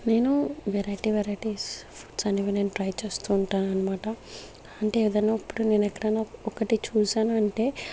నేను variety varieties ఆనేవి try చేస్తూ ఉంటానన్నమాట అంటే ఏదైనా ఇప్పుడు నేను ఎక్కడైనా ఒకటి చూసాను అంటే